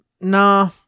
Nah